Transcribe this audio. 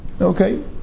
Okay